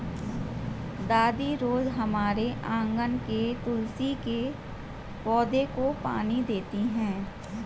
दादी रोज हमारे आँगन के तुलसी के पौधे को पानी देती हैं